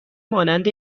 مانند